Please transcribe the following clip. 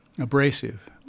abrasive